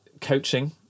coaching